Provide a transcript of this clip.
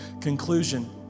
conclusion